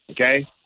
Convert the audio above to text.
okay